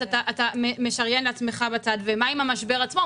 אתה משריין לעצמך בצד ומה עם המשבר עצמו,